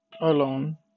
alone